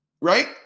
right